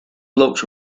looked